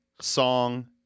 song